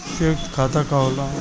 सयुक्त खाता का होला?